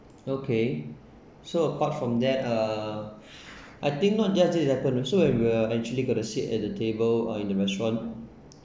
okay so apart from that uh I think not just happen also and we're actually got to sit at the table or in a restaurant